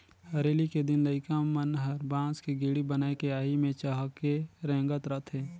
हरेली के दिन लइका मन हर बांस के गेड़ी बनायके आही मे चहके रेंगत रथे